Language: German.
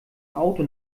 auto